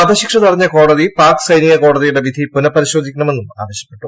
വധശിക്ഷ തടഞ്ഞ കോടതി പാക് സൈനിക കോടതിയുടെ വിധി പുനഃപരിശോധിക്കണമെന്നും ആവശ്യപ്പെട്ടു